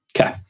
Okay